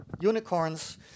unicorns